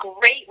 great